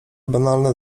banalne